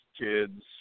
kids